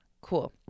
Cool